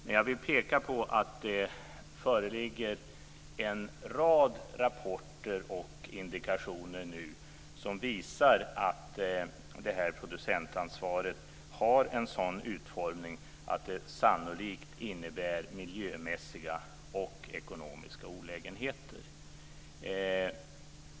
Men jag vill peka på att det nu föreligger en rad rapporter och indikationer som visar att producentansvaret har en sådan utformning att det sannolikt innebär miljömässiga och ekonomiska olägenheter.